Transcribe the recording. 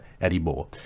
anymore